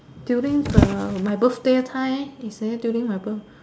during the my birthday time is that during my birth~